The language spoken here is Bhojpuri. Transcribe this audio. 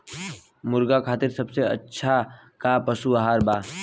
मुर्गा खातिर सबसे अच्छा का पशु आहार बा?